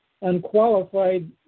unqualified